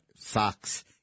Fox